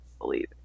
believe